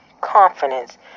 confidence